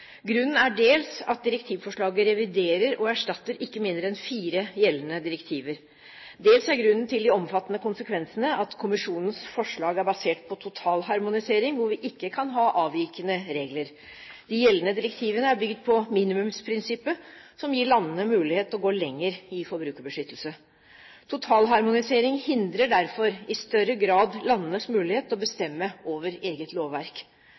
Grunnen er dels at direktivforslaget reviderer og erstatter ikke mindre enn fire gjeldende direktiver, dels er grunnen til de omfattende konsekvensene at kommisjonens forslag er basert på totalharmonisering, hvor vi ikke kan ha avvikende regler. De gjeldende direktivene er bygd på minimumsprinsippet, som gir landene mulighet til å gå lenger i forbrukerbeskyttelse. Totalharmonisering hindrer derfor i større grad landenes mulighet til å bestemme over eget lovverk.